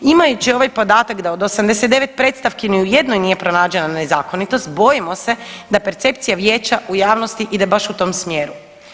Imajući ovaj podatak da od 89 predstavki ni u jednoj nije pronađena nezakonitost bojimo se da percepcija vijeća u javnosti ide baš u tom smjeru.